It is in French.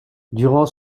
durant